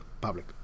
public